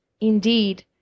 indeed